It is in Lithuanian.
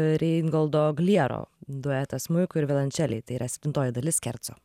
reingoldo gliero duetą smuikui ir violončelei tai yra septintoji dalis kerco